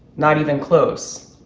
not even close,